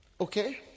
Okay